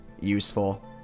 Useful